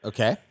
Okay